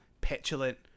petulant